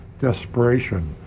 desperation